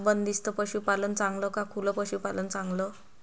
बंदिस्त पशूपालन चांगलं का खुलं पशूपालन चांगलं?